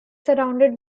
surrounded